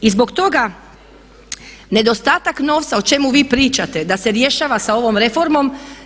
I zbog toga nedostatak novca o čemu vi pričate da se rješava sa ovom reformom.